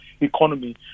economy